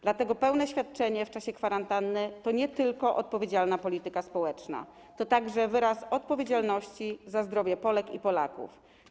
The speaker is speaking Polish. Dlatego pełne świadczenie w czasie kwarantanny to nie tylko odpowiedzialna polityka społeczna, to także wyraz odpowiedzialności za zdrowie Polek i Polaków.